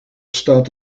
staat